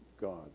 God